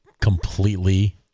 completely